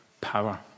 power